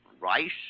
rice